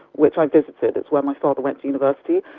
which i visited it's where my father went to university.